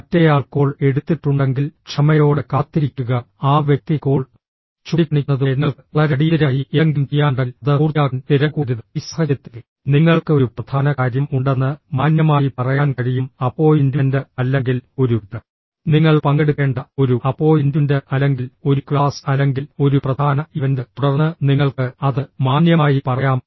മറ്റേയാൾ കോൾ എടുത്തിട്ടുണ്ടെങ്കിൽ ക്ഷമയോടെ കാത്തിരിക്കുക ആ വ്യക്തി കോൾ ചൂണ്ടിക്കാണിക്കുന്നതുവരെ നിങ്ങൾക്ക് വളരെ അടിയന്തിരമായി എന്തെങ്കിലും ചെയ്യാനുണ്ടെങ്കിൽ അത് പൂർത്തിയാക്കാൻ തിരക്കുകൂട്ടരുത് ഈ സാഹചര്യത്തിൽ നിങ്ങൾക്ക് ഒരു പ്രധാന കാര്യം ഉണ്ടെന്ന് മാന്യമായി പറയാൻ കഴിയും അപ്പോയിന്റ്മെന്റ് അല്ലെങ്കിൽ ഒരു നിങ്ങൾ പങ്കെടുക്കേണ്ട ഒരു അപ്പോയിന്റ്മെന്റ് അല്ലെങ്കിൽ ഒരു ക്ലാസ് അല്ലെങ്കിൽ ഒരു പ്രധാന ഇവന്റ് തുടർന്ന് നിങ്ങൾക്ക് അത് മാന്യമായി പറയാം